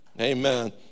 Amen